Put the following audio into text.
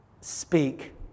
speak